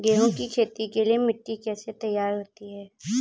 गेहूँ की खेती के लिए मिट्टी कैसे तैयार होती है?